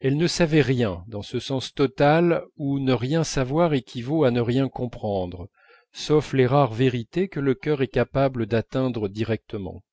elle ne savait rien dans ce sens total où ne rien savoir équivaut à ne rien comprendre sauf les rares vérités que le cœur est capable d'atteindre directement